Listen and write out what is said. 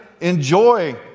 enjoy